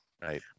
Right